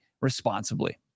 responsibly